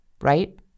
right